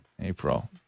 April